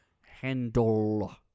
handle